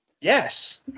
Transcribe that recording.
Yes